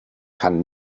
kann